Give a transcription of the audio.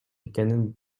экенин